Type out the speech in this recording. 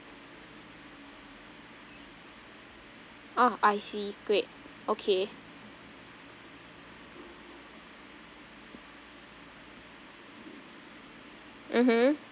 orh I see great okay mmhmm